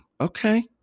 okay